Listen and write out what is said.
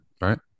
right